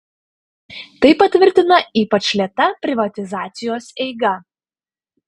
tai patvirtina ypač lėta privatizacijos eiga